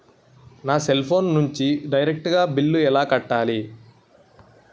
నా cell phone నుంచి direct గా బిల్లు ఎలా కట్టాలి?